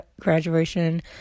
graduation